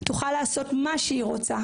תוכל לעשות מה שהיא רוצה,